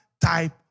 type